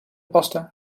pasta